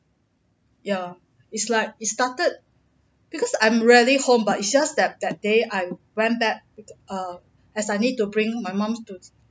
ya it's like it started because I'm rarely home but it's just that that day I went back err as I need to bring my mum to